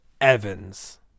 Evans